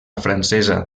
francesa